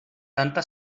tanta